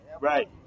Right